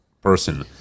person